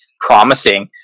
promising